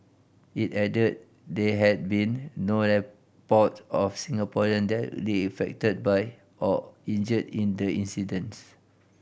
it added they had been no report of Singaporean directly affected by or injured in the incidents